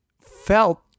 felt